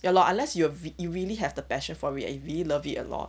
ya lor unless you have you really have the passion for it and you really love it a lot